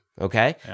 okay